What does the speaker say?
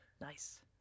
Nice